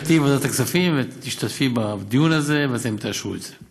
ואני מניח שאת תהיי בוועדת הכספים ותשתתפי בדיון הזה ואתם תאשרו את זה.